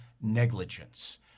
negligence